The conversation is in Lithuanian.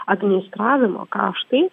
administravimo kaštai